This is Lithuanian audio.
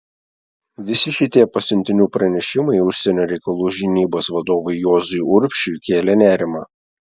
visi šitie pasiuntinių pranešimai užsienio reikalų žinybos vadovui juozui urbšiui kėlė nerimą